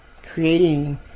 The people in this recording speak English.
Creating